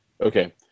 Okay